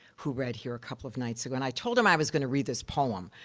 who read here a couple of nights ago, and i told him i was gonna read this poem.